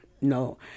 no